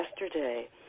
yesterday